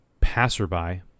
passerby